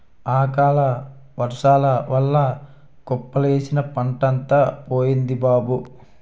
అకాలవర్సాల వల్ల కుప్పలేసిన పంటంతా పోయింది బాబూ